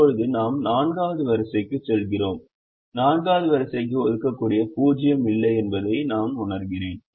இப்போது நாம் 4 வது வரிசைக்குச் செல்கிறோம் 4 வது வரிசைக்கு ஒதுக்கக்கூடிய 0 இல்லை என்பதை நான் உணர்கிறேன்